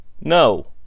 No